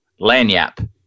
Lanyap